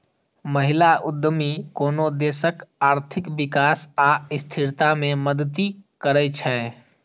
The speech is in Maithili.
महिला उद्यमी कोनो देशक आर्थिक विकास आ स्थिरता मे मदति करै छै